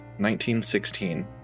1916